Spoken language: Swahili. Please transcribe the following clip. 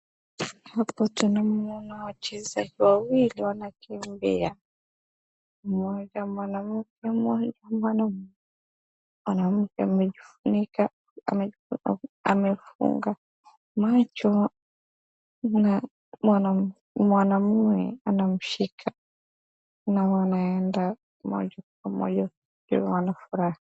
Hapo tunamuona wachezaji wawili wanakiimbia ,mmoja mwanamke mmoja mwanaume. Mwanamke amejifunika amefunga macho na mwanaume anamshika alafu wanaenda moja kwa moja wakiwa wanafurahi.